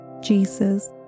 Jesus